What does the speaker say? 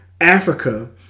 Africa